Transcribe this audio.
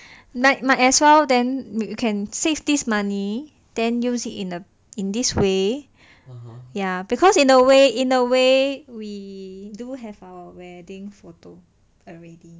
might might as well then we can save this money then use it in the in this way ya because in a way in a way we do have our wedding photo already